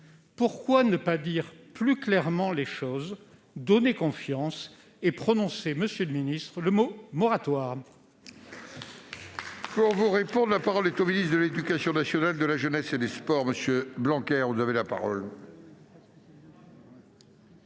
Pourquoi ne pas dire plus clairement les choses, donner confiance et prononcer le mot « moratoire